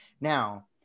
Now